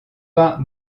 pas